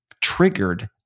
triggered